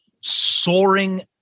soaring